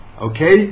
Okay